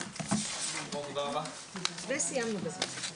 הישיבה ננעלה בשעה 11:00.